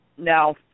Now